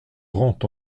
rend